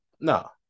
no